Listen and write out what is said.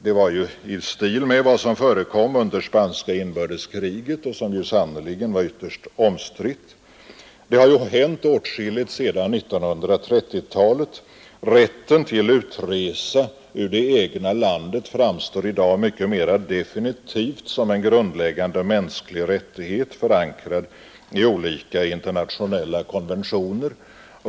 Det är i stil med det som förekom under spanska inbördeskriget och som ju sannerligen var ytterst omstritt. Det har hänt åtskilligt sedan 1930-talet. Rätt till utresa ur det egna landet framstår i dag mycket mera definitivt som en grundläggande mänsklig rättighet, förankrad i olika internationella konventioner.